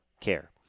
care